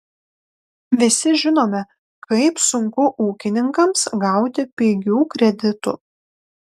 visi žinome kaip sunku ūkininkams gauti pigių kreditų